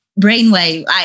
brainwave